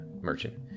merchant